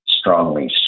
strongly